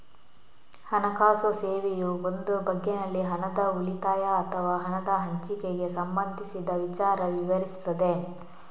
ಹಣಕಾಸು ಸೇವೆಯು ಒಂದು ಬಗೆನಲ್ಲಿ ಹಣದ ಉಳಿತಾಯ ಅಥವಾ ಹಣದ ಹಂಚಿಕೆಗೆ ಸಂಬಂಧಿಸಿದ ವಿಚಾರ ವಿವರಿಸ್ತದೆ